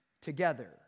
together